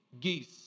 Geese